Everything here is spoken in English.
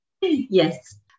Yes